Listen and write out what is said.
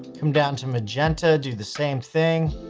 come down to magenta, do the same thing.